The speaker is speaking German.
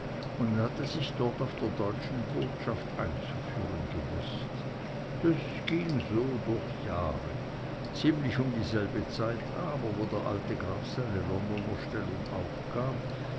und hatte sich dort auf der deutschen botschaft einzuführen gewußt das ging so durch jahre ziemlich um dieselbe zeit aber wo der alte graf seine londoner stellung aufgab